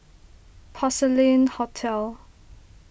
Porcelain Hotel